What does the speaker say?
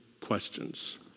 questions